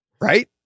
right